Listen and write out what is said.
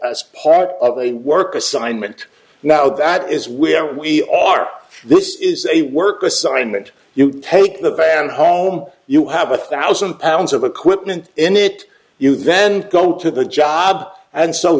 as part of a work assignment now that is where we are this is a work assignment you take the fan home you have a thousand pounds of equipment in it you then come to the job and so